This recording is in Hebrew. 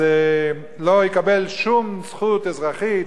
לא יקבל שום זכות אזרחית,